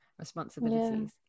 responsibilities